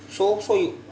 so so you